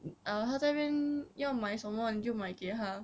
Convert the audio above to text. ah 她在那边要买什么你就买给她